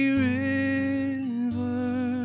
river